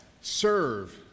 serve